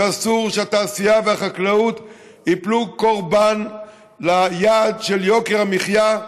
שאסור שהתעשייה והחקלאות ייפלו קורבן ליעד של יוקר המחיה,